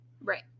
Right